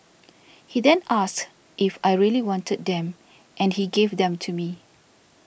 he then asked if I really wanted them and he gave them to me